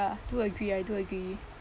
do agree I do agree